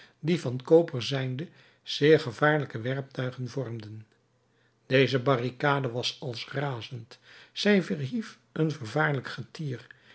die van koper zijnde zeer gevaarlijke werptuigen vormden deze barricade was als razend zij verhief een vervaarlijk getier